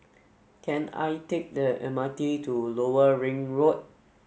can I take the M R T to Lower Ring Road